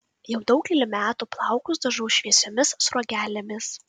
jau daugelį metų plaukus dažau šviesiomis sruogelėmis